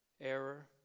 error